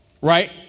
right